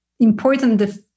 important